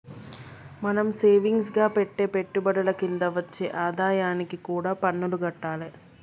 మనం సేవింగ్స్ గా పెట్టే పెట్టుబడుల కింద వచ్చే ఆదాయానికి కూడా పన్నులు గట్టాలే